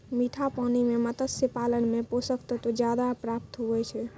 मीठा पानी मे मत्स्य पालन मे पोषक तत्व ज्यादा प्राप्त हुवै छै